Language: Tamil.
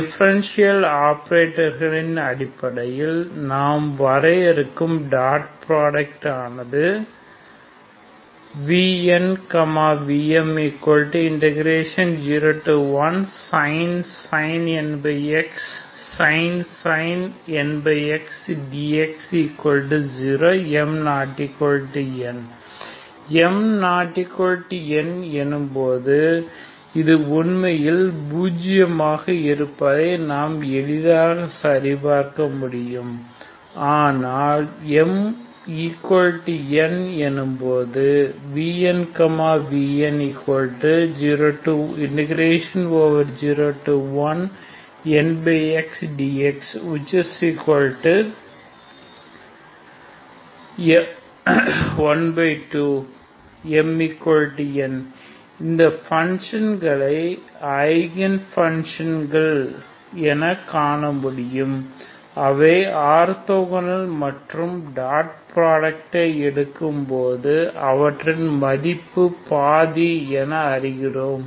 டிஃபரென்ஷியல் ஆபரேட்டர்களின் அடிப்படையில் நாம் வரையறுக்கும் dot product ⟨vnvm⟩01sin nπx sin mπx dx0 m≠n m≠n எனும்போது இது உண்மையில் பூஜ்ஜியமாக இருப்பதை நாம் எளிதாக சரிபார்க்க முடியும் ஆனால் mn எனும்போது ⟨vnvn⟩01nπx dx011 cos 2nπx 2dx12 mn இந்த பங்க்ஷன் களை ஐகன் பங்க்ஷன் கள் என காணமுடியும் அவை ஆர்தொகோனல் மற்றும் டாட் புராடக்டை எடுக்கும் போது அவற்றின் மதிப்பு பாதி என நாம் காண்கிறோம்